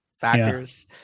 factors